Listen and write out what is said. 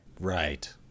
Right